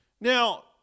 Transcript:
Now